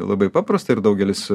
labai paprasta ir daugelis